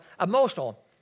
emotional